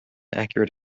accurate